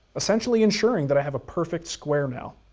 essentially ensuring that i have a perfect square now.